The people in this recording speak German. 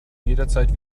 jederzeit